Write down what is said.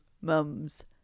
mums